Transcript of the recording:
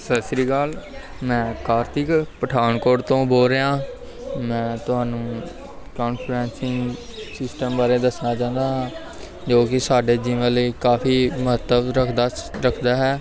ਸਤਿ ਸ਼੍ਰੀ ਅਕਾਲ ਮੈਂ ਕਾਰਤਿਕ ਪਠਾਨਕੋਟ ਤੋਂ ਬੋਲ ਰਿਹਾ ਮੈਂ ਤੁਹਾਨੂੰ ਕਾਨਫਰੰਸਿੰਗ ਸਿਸਟਮ ਬਾਰੇ ਦੱਸਣਾ ਚਾਹੁੰਦਾ ਹਾਂ ਜੋ ਕਿ ਸਾਡੇ ਜੀਵਨ ਲਈ ਕਾਫੀ ਮਹੱਤਵ ਰੱਖਦਾ ਸ ਰੱਖਦਾ ਹੈ